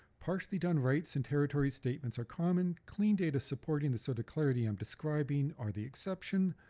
partially done rights and territories statements are common, clean data supporting the sort of clarity i'm describing are the exception,